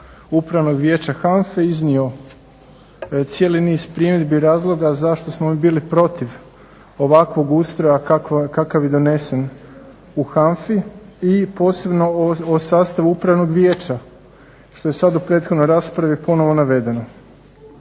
Upravnog vijeća HANFA-e iznio cijeli niz primjedbi i razloga zašto smo mi bili protiv ovakvog ustroja kakav je donesen u HANFA-i i posebno o sastavu upravnog vijeća što je sad u prethodnoj raspravi ponovno navedeno.